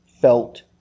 felt